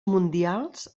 mundials